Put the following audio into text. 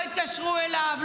לא התקשרו אליו,